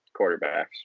quarterbacks